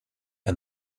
and